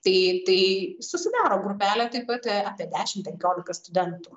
tai tai susidaro grupelė taip pat apie dešim penkiolika studentų